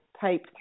type